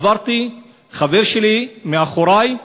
עברתי, חבר שלי מאחורי,